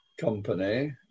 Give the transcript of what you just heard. Company